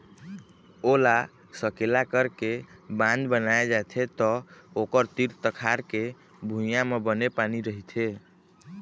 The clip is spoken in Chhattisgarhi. ओला सकेला करके बांध बनाए जाथे त ओखर तीर तखार के भुइंया म बने पानी रहिथे